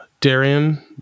Darian